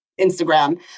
Instagram